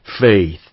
faith